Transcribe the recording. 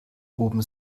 oben